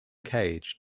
cage